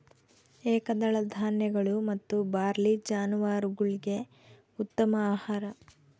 ಏಕದಳ ಧಾನ್ಯಗಳು ಮತ್ತು ಬಾರ್ಲಿ ಜಾನುವಾರುಗುಳ್ಗೆ ಉತ್ತಮ ಆಹಾರ